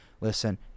listen